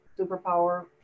superpower